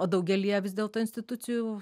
o daugelyje vis dėlto institucijų